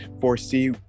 foresee